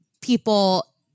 people